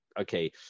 okay